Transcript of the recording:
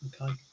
okay